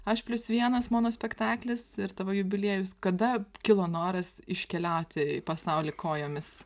aš plius vienas mano spektaklis ir tavo jubiliejus kada kilo noras iškeliauti į pasaulį kojomis